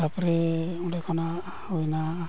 ᱛᱟᱨᱯᱚᱨᱮ ᱚᱸᱰᱮ ᱠᱷᱚᱱᱟᱜ ᱦᱩᱭᱮᱱᱟ